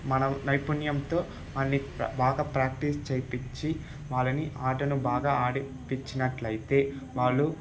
మనం నైపుణ్యంతో వాళ్ళని బాగా ప్రాక్టీస్ చేపించి వాళ్ళని ఆటను బాగా ఆడిపించినట్లయితే వాళ్ళు